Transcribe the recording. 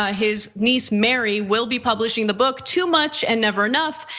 ah his niece, mary, will be publishing the book, too much and never enough,